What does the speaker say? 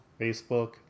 Facebook